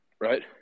Right